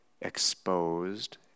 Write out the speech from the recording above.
exposed